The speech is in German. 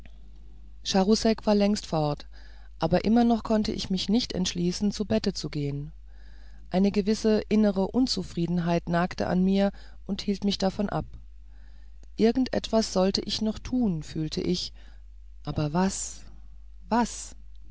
war längst fort aber immer noch konnte ich mich nicht entschließen zu bette zu gehen eine gewisse innere unzufriedenheit nagte an mir und hielt mich davon ab irgend etwas sollte ich noch tun fühlte ich aber was was